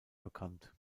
bekannt